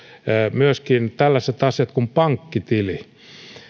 myöskin tällaiset asiat kuin pankkitili